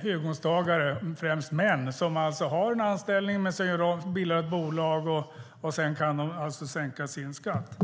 höginkomsttagare, främst män, som har en anställning men som bildar ett bolag och därmed kan sänka sin skatt.